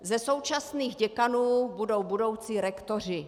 Ze současných děkanů budou budoucí rektoři.